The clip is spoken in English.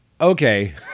okay